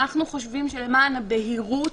אנחנו חושבים שלמען הבהירות,